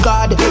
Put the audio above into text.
God